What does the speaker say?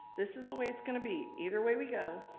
this is the way it's gonna be. either way we go,